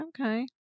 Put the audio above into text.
okay